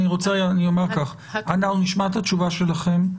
אנחנו נשמע את התשובה שלכם,